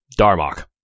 Darmok